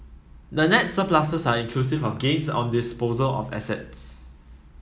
the net surpluses are inclusive of gains on disposal of assets